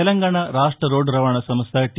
తెలంగాణ రాష్ట రోడ్లు రవాణా సంస్థ టీ